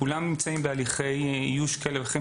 כולם נמצאים בהליכי איוש כאלה או אחרים,